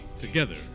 Together